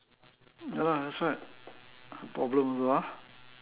ya lah that's why problem also ah